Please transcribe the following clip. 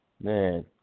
Man